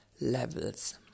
levels